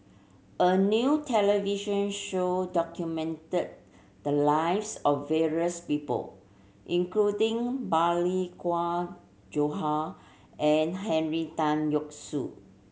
a new television show documented the lives of various people including Balli Kaur Jaswal and Henry Tan Yoke See